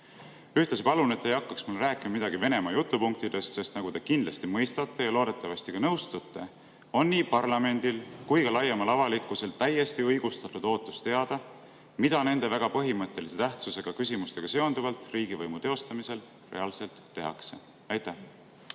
Ühtlasi palun, et te ei hakkaks mulle rääkima midagi Venemaa jutupunktidest, sest nagu te kindlasti mõistate ja loodetavasti ka nõustute, on nii parlamendil kui ka laiemal avalikkusel täiesti õigustatud ootus teada, mida nende väga põhimõttelise tähtsusega küsimustega seonduvalt riigivõimu teostamisel reaalselt tehakse. Aitäh!